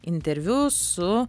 interviu su